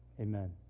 Amen